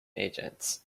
agents